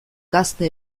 gazte